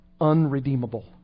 unredeemable